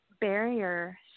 barrier